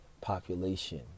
population